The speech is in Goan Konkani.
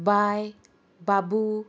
बाय बाबू